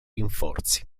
rinforzi